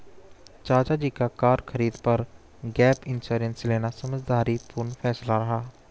चाचा जी का कार की खरीद पर गैप इंश्योरेंस लेना समझदारी पूर्ण फैसला रहा